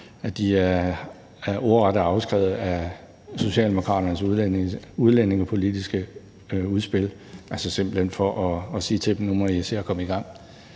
at de er ordret er taget fra Socialdemokraternes udlændingepolitiske udspil. Altså simpelt hen for at sige til dem: Nu må I se at komme i gang.